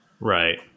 Right